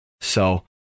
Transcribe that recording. So-